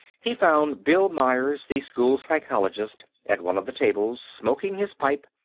he found bill myers, the school psychologist, at one of the tables, smoking his pipe,